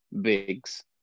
bigs